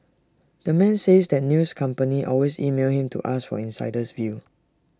the man says that news companies always email him to ask for the insider's view